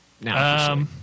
Now